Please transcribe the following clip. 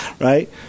Right